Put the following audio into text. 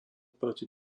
proti